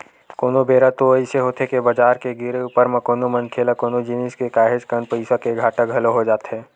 कोनो बेरा तो अइसे होथे के बजार के गिरे ऊपर म कोनो मनखे ल कोनो जिनिस के काहेच कन पइसा के घाटा घलो हो जाथे